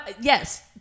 yes